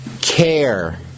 care